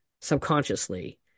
subconsciously